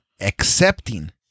accepting